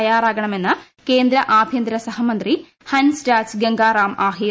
തയ്യാറാകണമെന്ന് കേന്ദ്ര ആഭ്യന്തര സഹമന്ത്രി ഹൻസ്രാജ് ഗംഗാറാം ആഹിർ